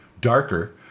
darker